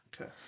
Okay